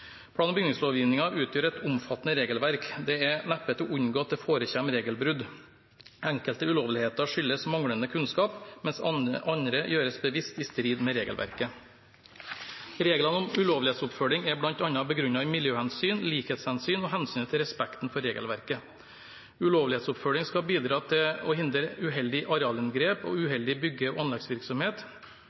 Plan- og bygningslovgivningen utgjør et omfattende regelverk. Det er neppe til å unngå at det forekommer regelbrudd. Enkelte ulovligheter skyldes manglende kunnskap, mens andre gjøres bevisst i strid med regelverket. Reglene om ulovlighetsoppfølging er bl.a. begrunnet i miljøhensyn, likhetshensyn og hensynet til respekten for regelverket. Ulovlighetsoppfølging skal bidra til å hindre uheldige arealinngrep og uheldig bygge- og anleggsvirksomhet,